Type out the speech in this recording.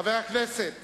חבר הכנסת